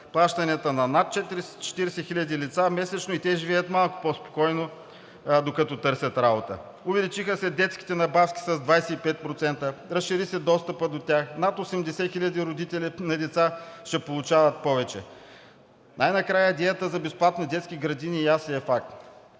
плащанията на над 40 хиляди лица месечно и те живеят малко по-спокойно, докато търсят работа. Увеличиха се детските надбавки с 25%, разшири се достъпът до тях. Над 80 хиляди родители на деца ще получават повече. Най-накрая идеята за безплатни детски градини и ясли е факт.